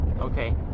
Okay